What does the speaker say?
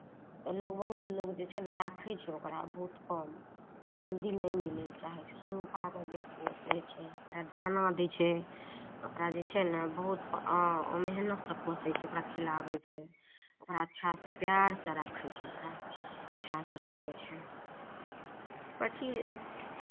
लोक बहुत लोक जे छै ने राखै छै ओकरा बहुत कम जलदी नहि मिलैके चाहै छै सुग्गाकेँ लोक पोसै छै ओकरा दाना दै छै ओकरा जे छै ने बहुत मेहनतसँ पोसै छै ओकरा खिलाबै छै ओकरा अच्छासँ पियारसँ रखै छै ओकरा अच्छासँ रखै छै पक्षी